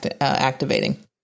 activating